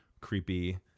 creepy